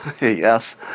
Yes